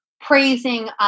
praising